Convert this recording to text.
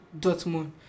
Dortmund